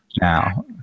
now